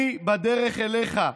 אני בדרך אליך.